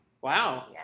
wow